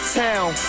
town